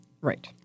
Right